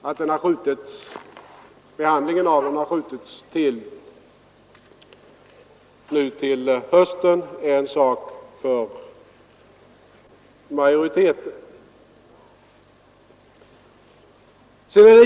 Att behandlingen av motionen har skjutits till hösten är en sak för majoriteten.